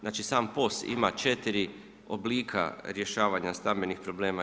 Znači, sam POS ima 4 oblika rješavanja stambenih problema.